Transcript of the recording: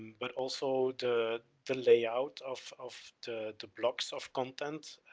but also the, the layout of of the blocks of content.